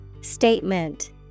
Statement